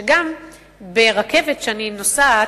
שגם ברכבת שאני נוסעת,